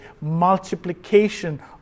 multiplication